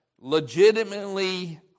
legitimately